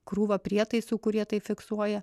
krūva prietaisų kurie tai fiksuoja